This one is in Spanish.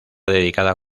dedicada